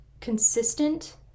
consistent